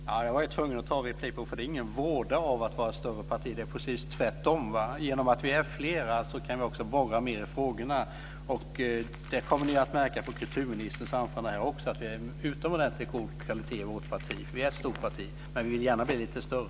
Fru talman! Jag är tvungen att ta en replik här. Det är ingen våda av att vara ett större parti. Det är precis tvärtom. Genom att vi är fler kan vi också borra mer i frågorna. Det kommer ni att märka på kulturministerns anförande här också. Det är en utomordentligt god kvalitet i vårt parti. Vi är ett stort parti, men vi vill gärna bli lite större.